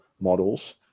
models